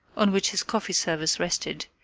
on which his coffee service rested,